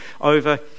over